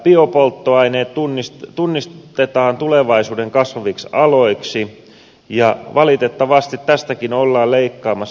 biopolttoaineet tunnistetaan tulevaisuuden kasvaviksi aloiksi ja valitettavasti tästäkin ollaan leikkaamassa